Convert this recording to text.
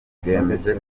bwemeje